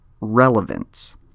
relevance